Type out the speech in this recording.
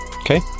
Okay